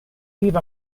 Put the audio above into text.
leave